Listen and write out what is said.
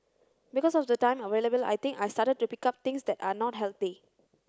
because of the time available I think I started to pick up things that are not healthy